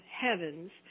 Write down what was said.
heavens